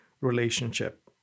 relationship